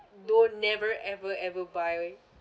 don't never ever ever buy